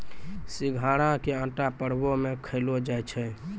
सिघाड़ा के आटा परवो मे खयलो जाय छै